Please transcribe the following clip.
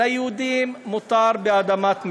ליהודים מותר באדמת מדינה.